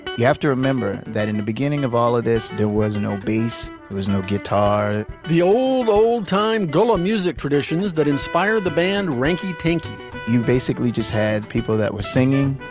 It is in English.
you have to remember that in the beginning of all of this, there was no bs, there was no guitar the old old time gulla music traditions that inspired the band. rinckey thank you basically just had people that were singing.